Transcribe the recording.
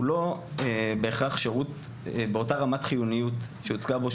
לא בהכרח שירות באותה רמת חיוניות שהוצגה פה,